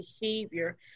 behavior